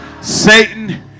Satan